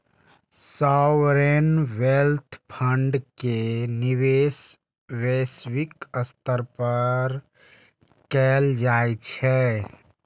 sovereign wealth fund के निवेश वैश्विक स्तर पर कैल जाइ छै